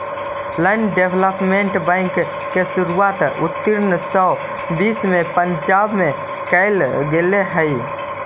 land development bank के शुरुआत उन्नीस सौ बीस में पंजाब में कैल गेले हलइ